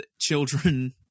children